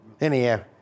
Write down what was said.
Anyhow